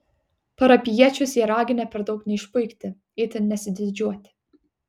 parapijiečius jie raginę per daug neišpuikti itin nesididžiuoti